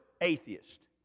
atheist